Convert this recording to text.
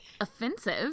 offensive